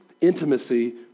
intimacy